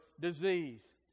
disease